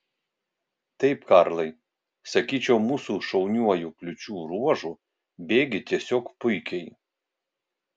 taip karlai sakyčiau mūsų šauniuoju kliūčių ruožu bėgi tiesiog puikiai